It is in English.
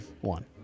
One